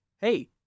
hey